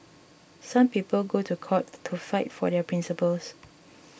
some people go to court to fight for their principles